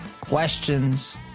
questions